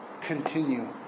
continue